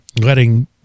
letting